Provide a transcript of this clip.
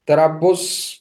tai yra bus